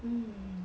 hmm